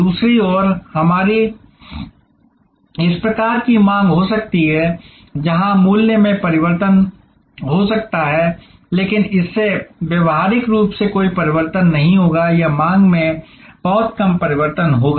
दूसरी ओर हमारी इस प्रकार की माँग हो सकती है जहाँ मूल्य में परिवर्तन हो सकता है लेकिन इससे व्यावहारिक रूप से कोई परिवर्तन नहीं होगा या माँग में बहुत कम परिवर्तन होगा